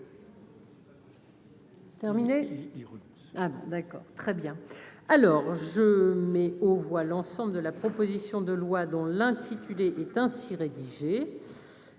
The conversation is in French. Terminé du rues d'accord très bien. Alors je mets aux voix l'ensemble de la proposition de loi dont l'intitulé est ainsi rédigé